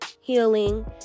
healing